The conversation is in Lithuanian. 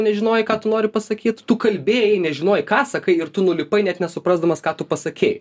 nežinojai ką tu nori pasakyt tu kalbėjai nežinojai ką sakai ir tu nulipai net nesuprasdamas ką tu pasakei